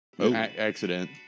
Accident